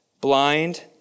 blind